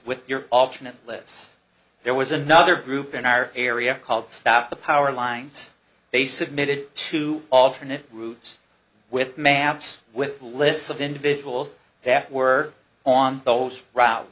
with your alternate lists there was another group in our area called staff the power lines they submitted to alternate routes with maps with lists of individuals that were on those route